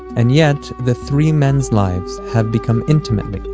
and yet, the three men's lives have become intimately,